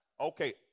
Okay